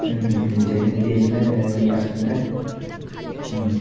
হুম হুম হু যেখানে দিয়েছিলেন এর আগের পার্সেলটা হুম